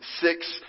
six